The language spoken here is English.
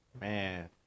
Man